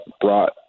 brought